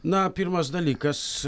na pirmas dalykas